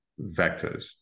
vectors